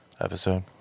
episode